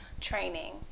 training